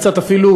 קצת אפילו